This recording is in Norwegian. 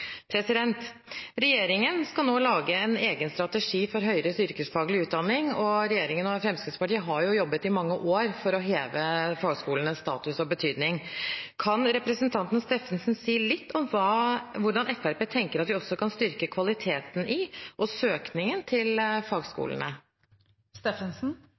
Regjeringen skal nå lage en egen strategi for høyere yrkesfaglig utdanning, og regjeringen og Fremskrittspartiet har jobbet i mange år for å heve fagskolenes status og betydning. Kan representanten Steffensen si litt om hvordan Fremskrittspartiet tenker at vi også kan styrke kvaliteten i og søkningen til